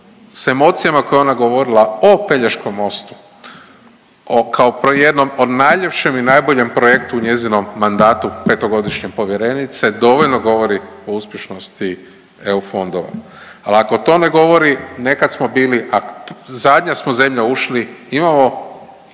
s emocijama koje je ona govorila o Pelješkom mostu, o kao po jednom o najljepšem i najboljem projektu u njezinom mandatu petogodišnjem povjerenice, dovoljno govori o uspješnosti EU fondova, ali ako to ne govori, nekad smo bili, a zadnja smo zemlja ušli, imamo